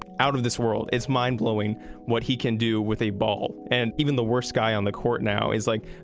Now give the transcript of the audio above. out of this world. it's mind blowing what he can do with a ball and even the worst guy on the court now is like,